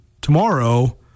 tomorrow